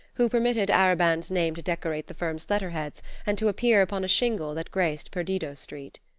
who permitted arobin's name to decorate the firm's letterheads and to appear upon a shingle that graced perdido street.